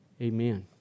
Amen